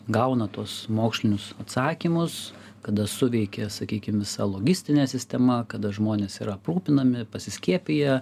gauna tuos mokslinius atsakymus kada suveikia sakykim visa logistinė sistema kada žmonės yra aprūpinami pasiskiepija